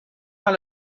dans